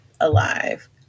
alive